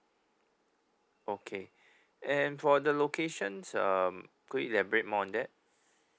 okay and for the locations um could you elaborate more on that